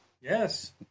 Yes